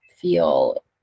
feel